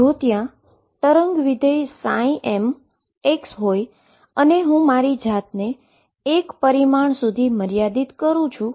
જો ત્યાં કોઈ તરંગ વિધેય m હોય અને હું મારી જાતને 1 ડાઈમેન્શન સુધી મર્યાદિત કરુ છુ